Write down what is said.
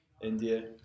India